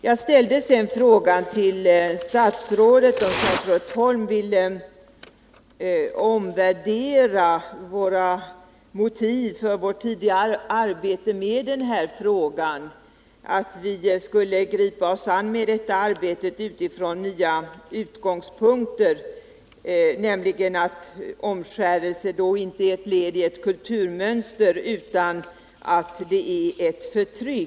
Jag ställde frågan om statsrådet Elisabet Holm ville omvärdera motiven för vårt tidigare arbete med denna fråga och uttala att vi skulle gripa oss an med Nr 31 detta arbete från nya utgångspunkter, nämligen att omskärelse inte är ett ledi Måndagen den ett kulturmönster utan att det är ett förtryck.